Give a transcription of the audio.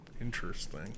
Interesting